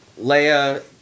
Leia